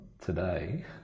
today